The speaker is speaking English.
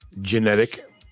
genetic